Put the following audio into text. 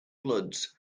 floods